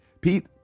Pete